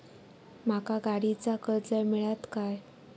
माका गाडीचा कर्ज मिळात काय?